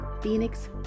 Phoenix